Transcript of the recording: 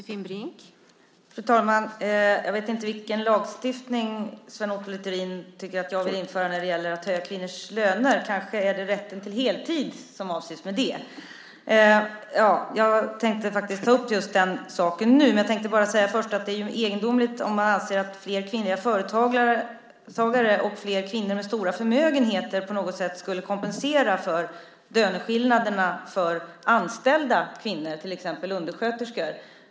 Fru talman! Jag vet inte vilken lagstiftning Sven Otto Littorin tycker att jag vill införa när det gäller att höja kvinnors löner. Kanske är det rätten till heltid som avses med det. Jag tänkte faktiskt ta upp just den saken nu, men jag vill bara säga först att det är egendomligt om man anser att fler kvinnliga företagare och fler kvinnor med stora förmögenheter på något sätt skulle kompensera för löneskillnaderna för anställda kvinnor, till exempel undersköterskor.